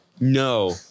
No